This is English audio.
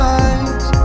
eyes